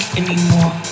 anymore